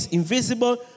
invisible